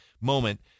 moment